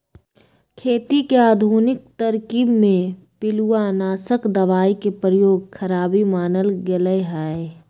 खेती के आधुनिक तरकिब में पिलुआनाशक दबाई के प्रयोग खराबी मानल गेलइ ह